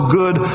good